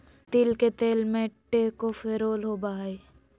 तिल के तेल में टोकोफेरोल होबा हइ